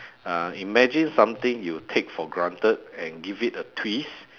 uh imagine something you take for granted and give it a twist